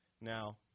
Now